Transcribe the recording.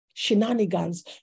shenanigans